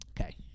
Okay